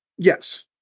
Yes